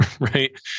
right